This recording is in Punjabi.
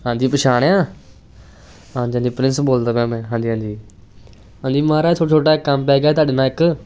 ਹਾਂਜੀ ਪਛਾਣਿਆ ਹਾਂਜੀ ਹਾਂਜੀ ਪ੍ਰਿੰਸ ਬੋਲਦਾ ਪਿਆ ਮੈਂ ਹਾਂਜੀ ਹਾਂਜੀ ਹਾਂਜੀ ਮਹਾਰਾਜ ਛ ਛੋਟਾ ਕੰਮ ਪੈ ਗਿਆ ਤੁਹਾਡੇ ਨਾਲ ਇੱਕ